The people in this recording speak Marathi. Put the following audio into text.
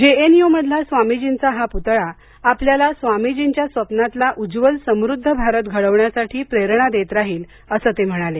जेएनयू मधला स्वामीजींचा हा पुतळा आपल्याला स्वामीजींच्या स्वप्नातला उज्ज्वल समृद्ध भारत घडवण्यासाठी प्रेरणा देत राहील असं ते म्हणाले